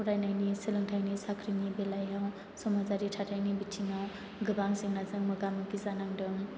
फरायनायनि सोलोंथायनि साख्रिनि बेलायाव समाजारि थाथायनि बिथिङाव गोबां जेंनाजों मोगा मोगि जानांदों